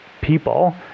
people